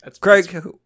Craig